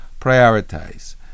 Prioritize